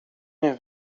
nie